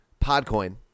PodCoin